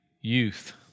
youth